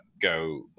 go